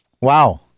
Wow